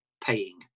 paying